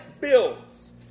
builds